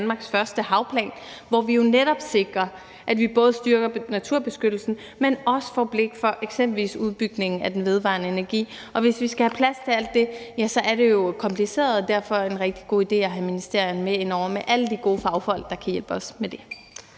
Danmarks første havplan, hvor vi jo netop sikrer, at vi både styrker naturbeskyttelsen, men også får blik for eksempelvis udbygningen af den vedvarende energi. Hvis vi skal have plads til det, er det jo kompliceret, og derfor er det en rigtig god idé at have ministerierne med indover med alle de gode fagfolk, der kan hjælpe os med det.